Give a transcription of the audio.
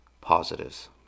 positives